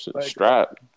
Strap